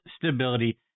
stability